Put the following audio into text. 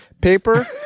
Paper